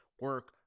Work